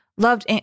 Loved